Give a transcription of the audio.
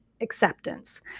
acceptance